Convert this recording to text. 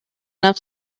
enough